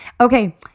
Okay